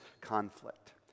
conflict